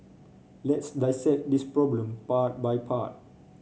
let's dissect this problem part by part